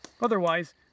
Otherwise